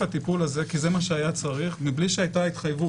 הטיפול זה כי זה מה שהיה צריך בלי שהייתה התחייבות.